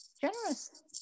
generous